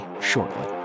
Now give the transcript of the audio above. shortly